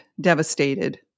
devastated